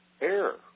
air